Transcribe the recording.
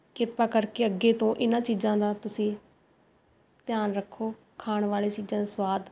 ਕਿਰਪਾ ਕਰਕੇ ਅੱਗੇ ਤੋਂ ਇਨ੍ਹਾਂ ਚੀਜ਼ਾਂ ਦਾ ਤੁਸੀਂ ਧਿਆਨ ਰੱਖੋ ਖਾਣ ਵਾਲੇ ਚੀਜ਼ਾਂ ਦਾ ਸੁਆਦ